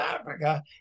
Africa